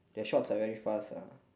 their shots are very fast ah